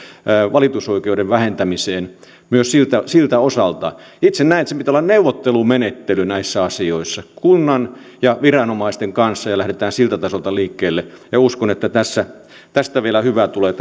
valitusoikeuden vähentämiseen myös siltä siltä osalta itse näen että sen pitää olla neuvottelumenettely näissä asioissa kunnan ja viranomaisten kanssa ja lähdetään siltä tasolta liikkeelle uskon että tästä laista vielä hyvä tulee